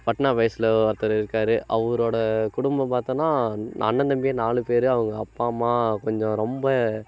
பட்னா பைரேட்ஸில் ஒருத்தர் இருக்கார் அவரோட குடும்பம் பாத்தோம்னா அண்ணன் தம்பி நாலு பேர் அவங்க அப்பா அம்மா கொஞ்சம் ரொம்ப